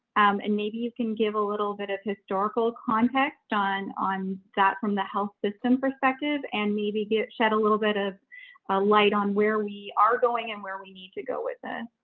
um and maybe you can give a little bit of historical context on on that from the health system perspective and maybe get shed a little bit of a light on where we are going and where we need to go with it.